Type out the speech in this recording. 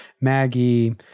Maggie